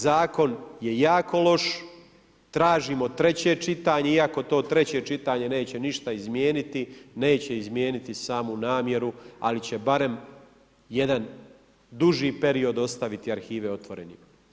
Zakon je jako loš, tražimo treće čitanje, iako to treće čitanje neće ništa izmijeniti, neće izmijeniti samu namjeru, ali će barem jedan duži period ostaviti arhive otvorenima.